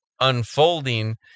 unfolding